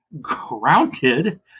Grounded